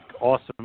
awesome